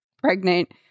pregnant